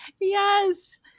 Yes